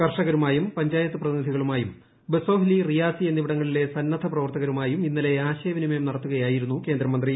കർഷകരുമായും പഞ്ചായത്ത് പ്രതിനിധികളുമായും ബസോഹ്ലി റിയാസി എന്നിവിടങ്ങളിലെ സന്നദ്ധ പ്രവർത്തകരുമായും ഇന്നലെ ആശയവിനിമയം നടത്തുകയായിരുന്നു കേന്ദ്രമന്ത്രി